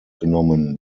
genommen